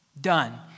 done